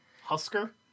Husker